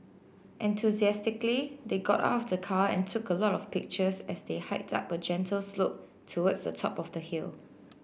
enthusiastically they got out of the car and took a lot of pictures as they hiked up a gentle slope towards the top of the hill